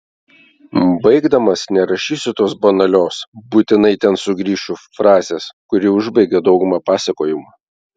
baigdamas nerašysiu tos banalios būtinai ten sugrįšiu frazės kuri užbaigia daugumą pasakojimų